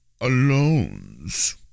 alones